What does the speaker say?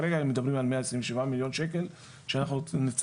כרגע אנחנו מדברים על מאה עשרים ושבעה מיליון שקל שאנחנו נצטרך